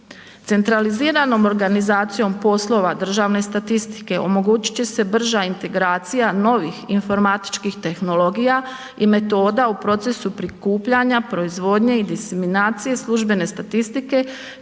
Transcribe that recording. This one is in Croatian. Centraliziranom organizacijom poslova državne statistike omogućit će se brža integracija novih informatičkih tehnologija i metoda u procesu prikupljanja, proizvodnje i diseminacije službene statistike